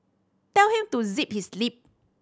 tell him to zip his lip